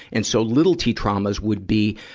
and so, little t traumas would be,